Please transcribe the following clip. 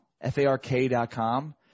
f-a-r-k.com